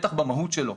בטח במהות שלו,